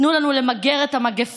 תנו לנו למגר את המגפה,